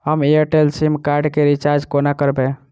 हम Airtel sim card केँ recharge कोना करबै?